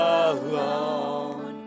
alone